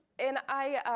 and i,